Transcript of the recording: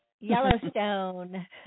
Yellowstone